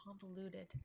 convoluted